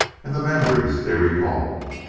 and the memories they recalled.